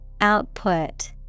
Output